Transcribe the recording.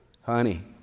Honey